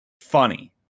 funny